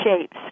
shapes